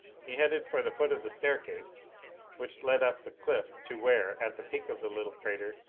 he headed for the foot of the staircase which led up the cliff to where, at the peak of the little crater,